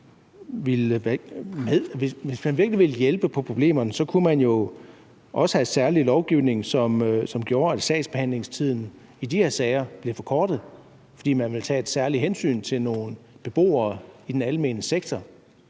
hvis man virkelig ville hjælpe på problemerne, kunne man jo også have særlig lovgivning, som gjorde, at sagsbehandlingstiden i de her sager blev forkortet, fordi man ville tage et særligt hensyn til nogle beboere i den almene sektor.